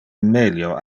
melio